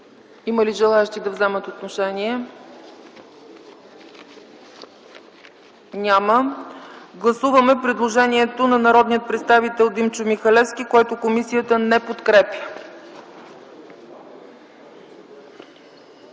Има ли желаещи да вземат отношение? Няма. Гласуваме предложението на народния представител Димчо Михалевски, което комисията не подкрепя.